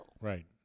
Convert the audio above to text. right